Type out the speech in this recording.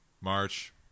March